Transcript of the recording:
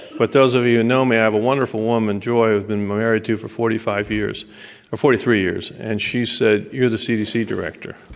but those of you who and know me, i have a wonderful woman, joy, i've been married to for forty five years ah forty three years, and she said, you're the cdc director.